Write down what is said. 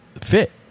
fit